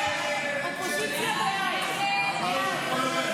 הסתייגות 7 לא נתקבלה.